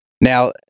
Now